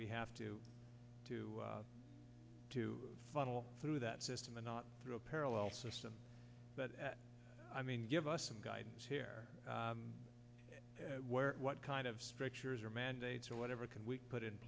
we have to to to funnel through that system and not through a parallel system but i mean give us some guidance here where what kind of structures or mandates or whatever can we put in